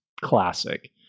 classic